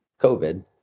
COVID